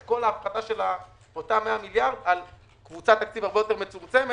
כל ההפחתה של אותם 100 מיליארד שקל על קבוצת תקציב הרבה יותר מצומצמת